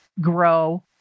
grow